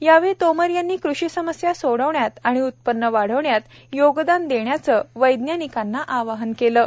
यावेळी तोमर यांनी कृषी समस्या सोडविण्यात आणि उत्पन्न वाढविण्यात योगदान देण्याचं वैज्ञानिकांना आवाहन केलं आहे